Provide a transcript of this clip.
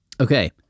Okay